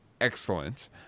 excellent